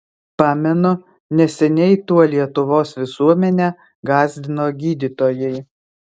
pamenu neseniai tuo lietuvos visuomenę gąsdino gydytojai